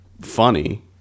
funny